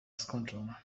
skończona